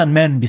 men